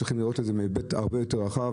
אנחנו צריכים לראות את זה בהיבט הרבה יותר רחב.